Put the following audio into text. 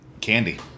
Candy